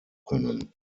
können